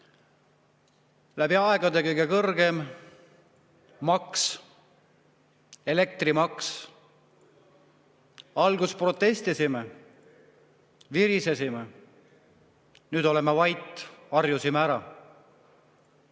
Läbi aegade kõige kõrgem maks, elektrimaks. Alguses protestisime, virisesime. Nüüd oleme vait – harjusime ära.